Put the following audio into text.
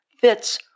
fits